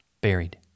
buried